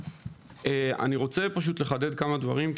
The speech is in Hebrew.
אני רוצה לחדד כמה דברים,